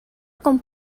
con